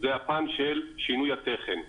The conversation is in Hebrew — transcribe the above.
זה הפן של שינוי התכן.